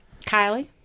Kylie